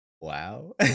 wow